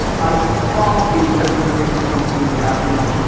i probably could have predicted some things about, you know,